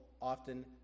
often